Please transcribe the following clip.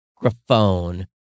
microphone